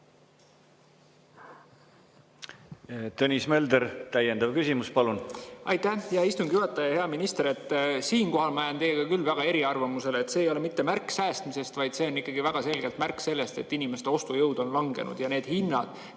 Tõnis Mölder, täiendav küsimus, palun! Aitäh, hea istungi juhataja! Hea minister! Siinkohal ma jään teiega küll täiesti teisele arvamusele. See ei ole mitte märk säästmisest, vaid see on ikkagi väga selgelt märk, et inimeste ostujõud on langenud ja hinnad